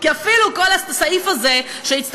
כבירתו של העם היהודי לנצח-נצחים.